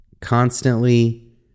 constantly